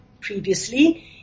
previously